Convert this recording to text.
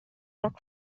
rock